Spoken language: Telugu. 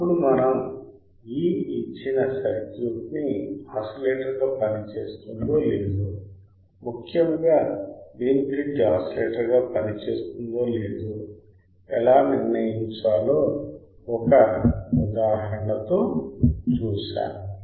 అప్పుడు మనం ఈ ఇచ్చిన సర్క్యూట్ ని ఆసిలేటర్ గా పనిచేస్తుందో లేదో ముఖ్యముగా వీన్ బ్రిడ్జ్ ఆసిలేటర్గా పనిచేస్తుందో లేదో ఎలా నిర్ణయించాలో ఒక ఉదాహరణతో చూశాము